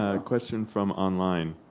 ah question from online.